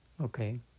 Okay